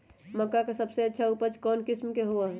मक्का के सबसे अच्छा उपज कौन किस्म के होअ ह?